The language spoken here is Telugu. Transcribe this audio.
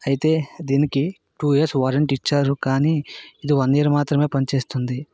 అయితే దీనికి టూ ఇయర్స్ వారంటీ ఇచ్చారు కానీ ఇది వన్ ఇయర్ మాత్రమే పనిచేస్తుంది